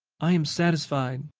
i am satisfied.